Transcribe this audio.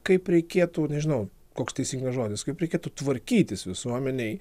kaip reikėtų nežinau koks teisingas žodis kaip reikėtų tvarkytis visuomenei